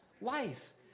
life